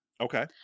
Okay